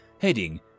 heading